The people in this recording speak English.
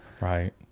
right